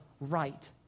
right